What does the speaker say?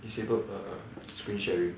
disabled err err screen sharing